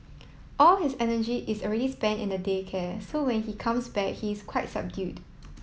all his energy is already spent in the day care so when he comes back he is quite subdued